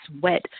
wet